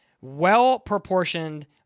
well-proportioned